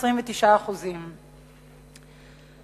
29%. חוץ מרעננה.